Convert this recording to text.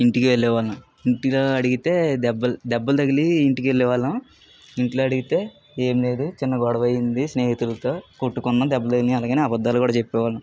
ఇంటికి వెళ్ళేవాళ్ళం ఇంటిలో అడిగితే దెబ్బ దెబ్బలు తగిలి ఇంటికి వెళ్ళేవాళ్ళం ఇంట్లో అడిగితే ఏంలేదు చిన్న గొడవ అయ్యింది స్నేహితులతో కొట్టుకున్నాము దెబ్బలు అయ్యాయి అలాగని అబద్ధాలు కూడా చెప్పేవాళ్ళం